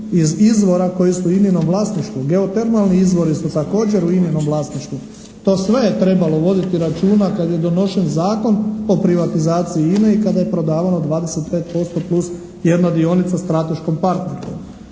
iz izvora koji su u INA-nom vlasništvu. Geotermalni izvori su također u INA-nom vlasništvu. To sve je trebalo voditi računa kad je donošen Zakon o privatizaciji INA-e i kada je prodavano 25% plus 1 dionica strateškom partneru.